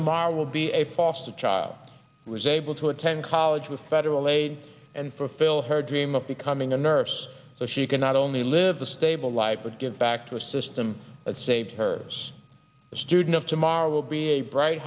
tomorrow will be a foster child was able to attend college with federal aid and fulfill her dream of becoming a nurse so she can not only live a stable life would give back to a system that saved hers the student of tomorrow will be a bright